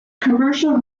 commercial